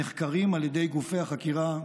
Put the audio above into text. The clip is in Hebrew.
נחקרים על ידי גופי החקירה,